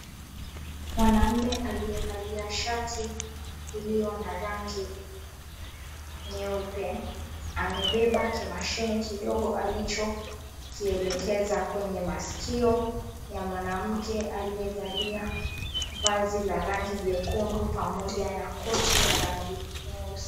Mwanaume aliyevalia shati iliyo na rangi nyeupe, amebeba kimashine kidogo alichokielekeza kwenye maskio ya mwanamke aliyevalia vazi la rangi jekundu pamoja na koti ya rangi nyeusi.